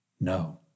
No